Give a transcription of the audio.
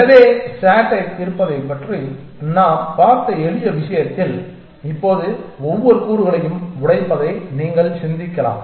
எனவே SAT ஐ தீர்ப்பதைப் பற்றி நாம் பார்த்த எளிய விஷயத்தில் இப்போது ஒவ்வொரு கூறுகளையும் உடைப்பதை நீங்கள் சிந்திக்கலாம்